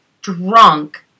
drunk